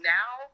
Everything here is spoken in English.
now